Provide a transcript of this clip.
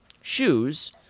shoes